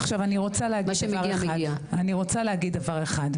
עכשיו אני רוצה להגיד דבר אחד,